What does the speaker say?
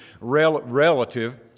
relative